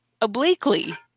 obliquely